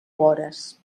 hores